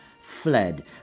fled